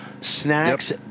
Snacks